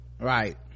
Right